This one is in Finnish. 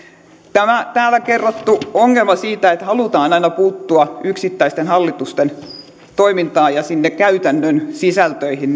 tämä täällä kerrottu ongelma siitä että halutaan aina puuttua yksittäisten hallitusten toimintaan ja niiden yhtiöiden käytännön sisältöihin